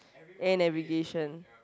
aim and revision